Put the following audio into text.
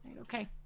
Okay